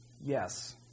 yes